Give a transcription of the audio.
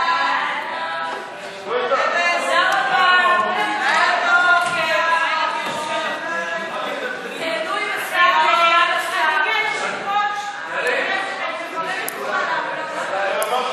ההצעה להעביר את הצעת חוק הגנה על בתי-עסק (ימי המנוחה),